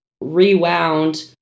rewound